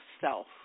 self